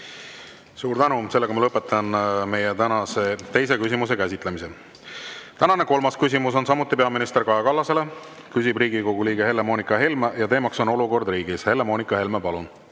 Suur tänu! Lõpetan meie tänase teise küsimuse käsitlemise. Tänane kolmas küsimus on samuti peaminister Kaja Kallasele. Küsib Riigikogu liige Helle-Moonika Helme ja teemaks on olukord riigis. Helle-Moonika Helme, palun!